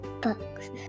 books